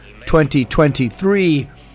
2023